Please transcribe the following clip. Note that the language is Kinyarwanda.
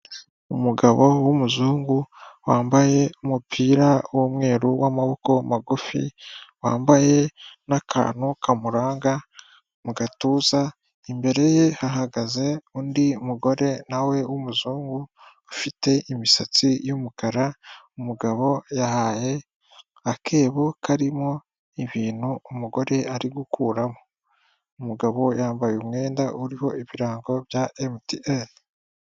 Umugabo w'umuzungu wambaye umupira w'umweru w'amaboko magufi, wambaye n'akantu kamuranga mugatuza. Imbere ye hahagaze undi m'umugore nawe w'umuzungu ufite imisatsi y'umukara, Umugabo yahaye akebo karimo ibintu umugore arigukuramo. Umugabo yambaye umwenda uriho ibirango bya MTN.